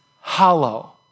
hollow